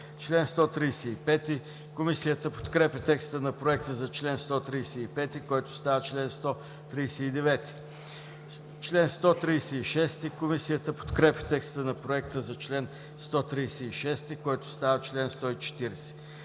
чл. 142. Комисията подкрепя текста на Проекта за чл. 139, който става чл. 143. Комисията подкрепя текста на Проекта за чл. 140, който става чл. 144.